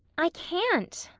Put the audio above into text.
i can't,